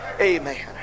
Amen